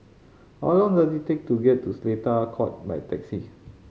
how long does it take to get to Seletar Court by taxi